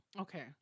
Okay